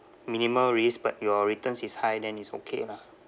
minimal risk but your returns is high then is okay lah